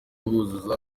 buzuza